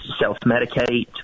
self-medicate